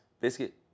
Biscuit